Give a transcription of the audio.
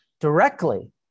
directly